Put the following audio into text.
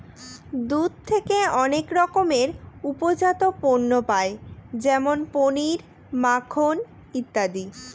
দুধ থেকে অনেক রকমের উপজাত পণ্য পায় যেমন পনির, মাখন ইত্যাদি